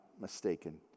mistaken